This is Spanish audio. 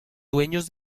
dueños